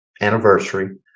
anniversary